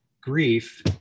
grief